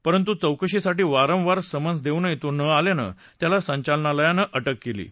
परंतू चौकशीसाठी वारंवार समन्स देऊनही तो न आल्यानं त्याला संचालनालयानं अटक केली आहे